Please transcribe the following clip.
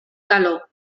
calor